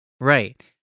Right